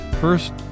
First